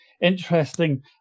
interesting